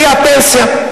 שהיא הפנסיה,